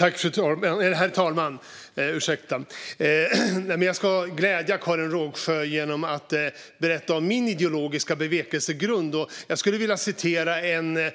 Herr talman! Jag ska glädja Karin Rågsjö med att berätta om min ideologiska bevekelsegrund. Jag skulle vilja citera en